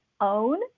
own